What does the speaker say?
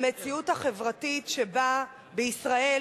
המציאות החברתית בישראל,